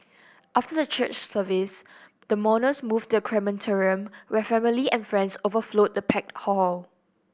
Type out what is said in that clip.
after the church service the mourners moved to the crematorium where family and friends overflowed the packed hall